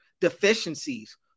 deficiencies